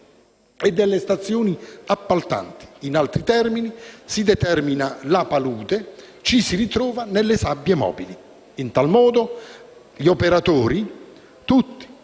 e delle stazioni appaltanti. In altri termini, si determina la palude, ci si ritrova nelle sabbie mobili. In tal modo, a tutti